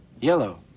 Yellow